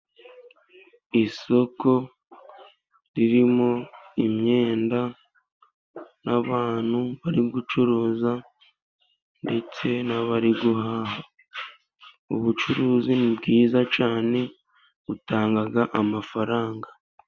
Isoko ririmo imyenda n'abantu bari gucuruza, ndetse n'abari guhaha, ubucuruzi ni bwiza cyane butanga amafaranga.